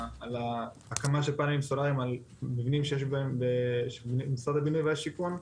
על הקמה של פאנלים סולאריים על מבנים שיש במשרד הבינוי והשיכון.